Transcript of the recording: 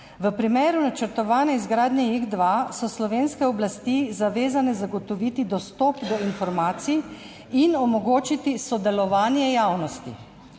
V primeru načrtovane izgradnje Jek 2 so slovenske oblasti zavezane zagotoviti dostop do informacij in omogočiti sodelovanje javnosti.